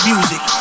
Music